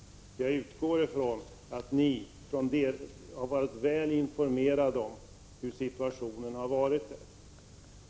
Jag utgår från att ni har varit väl informerade om situationen där.